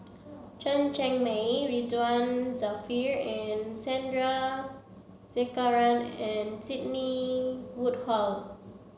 Chen Cheng Mei Ridzwan Dzafir and Sandrasegaran and Sidney Woodhull